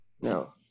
No